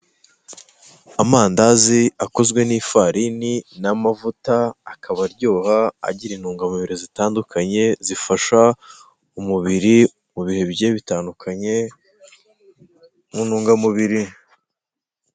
Amandazi akozwe n' ifarini n' amavuta akaba aryoha agira intungamubiri zitandukanye zifasha umubiri mu bihe bigiye bitandukanye mu ntungamubiri.